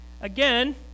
Again